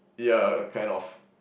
yeah uh uh kind of